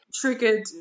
triggered